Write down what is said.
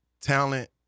talent